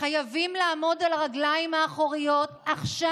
חייבים לעמוד על הרגליים האחוריות עכשיו.